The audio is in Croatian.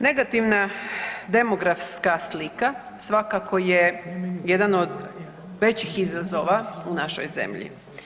Negativna demografska slika svakako je jedan od većih izazova u našoj zemlji.